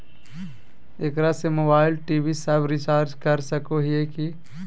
एकरा से mobile TV सब रिचार्ज कर सको हियै की?